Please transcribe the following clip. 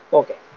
okay